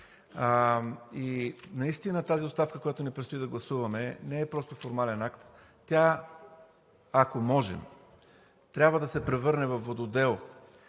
И наистина тази оставка, която ни предстои да гласуваме, не е просто формален акт, тя – ако можем – трябва да се превърне във вододел,